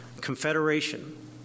confederation